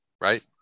right